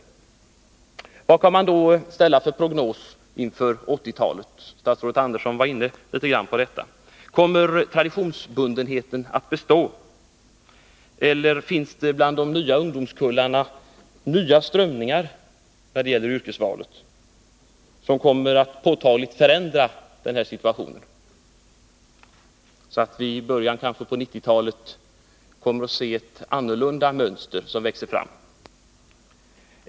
Vilken prognos kan man då ställa inför 1980-talet? Statsrådet Andersson var något inne på detta. Kommer traditionsbundenheten att bestå, eller finns det inom ungdomskullarna nya strömningar när det gäller yrkesvalet, vilka kommer att påtagligt förändra situationen, så att vi kanske i början av 1990-talet kommer att få se ett annorlunda mönster växa fram?